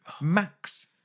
max